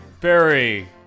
Barry